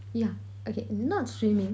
yeah okay not swimming